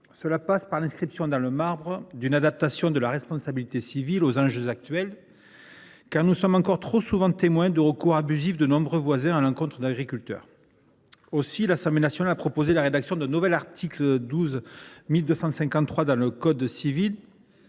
Cela passe par l’inscription dans le marbre de la loi d’une adaptation de la responsabilité civile aux enjeux actuels, car nous sommes encore trop souvent témoins de recours abusifs de nombreux voisins à l’encontre d’agriculteurs. Aussi, l’Assemblée nationale a proposé la rédaction d’un nouvel article 1253 du code civil